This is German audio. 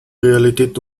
realität